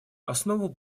основу